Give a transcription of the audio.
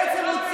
אני לא יודע.